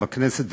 בכנסת,